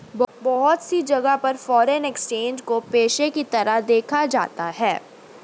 बहुत सी जगह पर फ़ोरेन एक्सचेंज को पेशे के तरह देखा जाता है